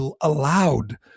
allowed